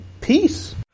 Peace